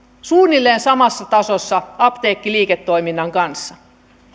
suunnilleen samassa tasossa apteekkiliiketoiminnan kanssa